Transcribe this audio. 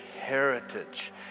heritage